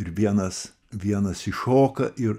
ir vienas vienas iššoka ir